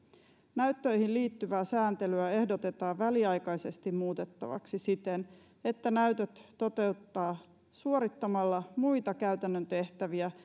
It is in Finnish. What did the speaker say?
näyttöihin liittyvää sääntelyä ehdotetaan väliaikaisesti muutettavaksi siten että näytöt voi toteuttaa suorittamalla muita käytännön tehtäviä